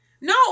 no